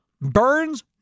Burns